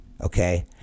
okay